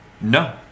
no